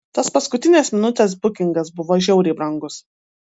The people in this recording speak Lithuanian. tas paskutinės minutės bukingas buvo žiauriai brangus